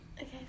Okay